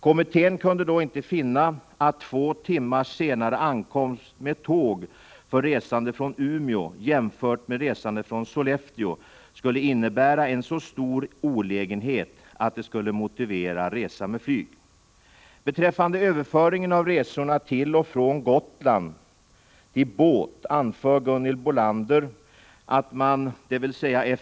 Kommittén kunde då inte finna att två timmars senare ankomst med tåg för resande från Umeå, jämfört med resande från Sollefteå, skulle innebära en så stor olägenhet att det skulle motivera resa med flyg. Beträffande överföringen av resorna till och från Gotland till båt anför Gunhild Bolander att man, dvs.